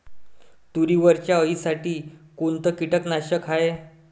तुरीवरच्या अळीसाठी कोनतं कीटकनाशक हाये?